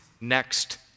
next